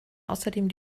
außerdem